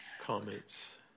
comments